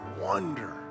wonder